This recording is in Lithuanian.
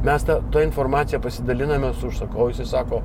mes tą informaciją pasidaliname su užsakovais jis sako